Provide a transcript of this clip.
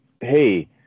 hey